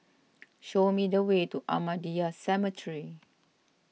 show me the way to Ahmadiyya Cemetery